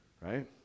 Right